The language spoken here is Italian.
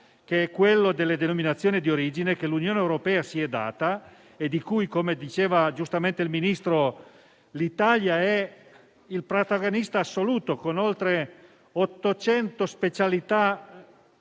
che è quello delle denominazioni di origine che l'Unione europea si è data e di cui, come diceva giustamente il Ministro, l'Italia è il Paese protagonista assoluto con oltre 800 specialità